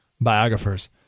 biographers